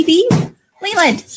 Leland